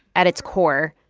at its core,